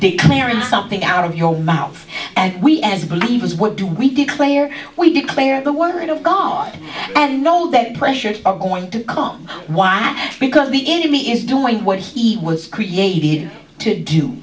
declaring something out of your mouth and we as believers what do we declare we declare the word of god and know that pressures are going to come why because the enemy is doing what he was created to do